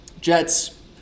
Jets